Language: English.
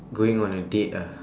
going on a date ah